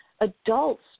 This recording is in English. adults